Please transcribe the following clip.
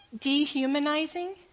dehumanizing